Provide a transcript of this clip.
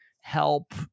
help